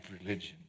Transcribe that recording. religion